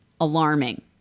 alarming